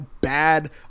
bad